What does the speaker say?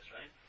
right